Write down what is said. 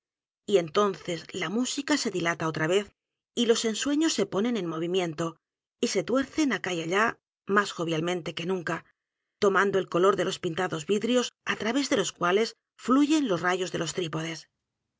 y entonces la música se dilata otra vez y los ensueños se ponen en movimiento y se tuercen acá y allá más jovialmente que nunca tomando el color de los pintados vidrios á través de los cuales fluyen los rayos de los trípodes